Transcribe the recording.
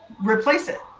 replace it?